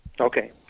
Okay